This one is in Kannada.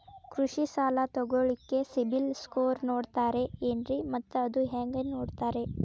ಕೃಷಿ ಸಾಲ ತಗೋಳಿಕ್ಕೆ ಸಿಬಿಲ್ ಸ್ಕೋರ್ ನೋಡ್ತಾರೆ ಏನ್ರಿ ಮತ್ತ ಅದು ಹೆಂಗೆ ನೋಡ್ತಾರೇ?